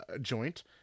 joint